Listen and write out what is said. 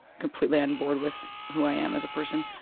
completely on board with who i am as a person.